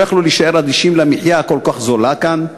לא יכולים להישאר אדישים למחיה הכל-כך זולה כאן.